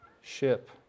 ship